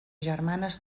germanes